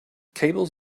cables